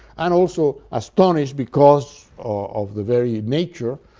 and also astonish because of the very nature,